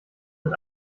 mit